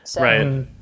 Right